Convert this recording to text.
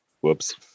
whoops